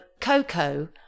Coco